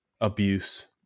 abuse